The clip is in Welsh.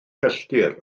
pellter